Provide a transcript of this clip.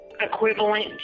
equivalent